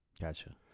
Gotcha